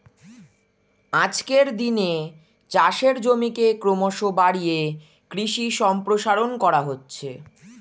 আজকের দিনে চাষের জমিকে ক্রমশ বাড়িয়ে কৃষি সম্প্রসারণ করা হচ্ছে